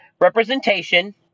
Representation